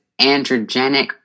androgenic